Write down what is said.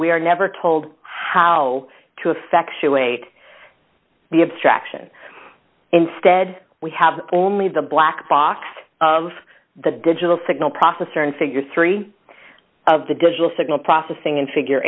we are never told how to effectuate the abstraction instead we have only the black box of the digital signal processor and figure three of the digital signal processing in figure